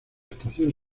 estación